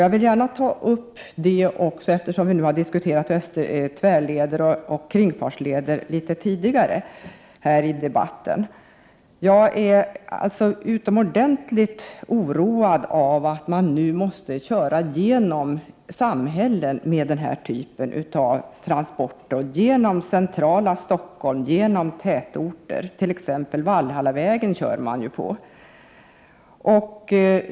Jag vill gärna ta upp även denna aspekt eftersom vi tidigare här i debatten har diskuterat tvärleder och kringleder. Jag är mycket oroad över att man nu måste köra genom samhällen med farliga transporter — genom centrala Stockholm och genom tätorter. Man kör t.ex. på Valhallavägen.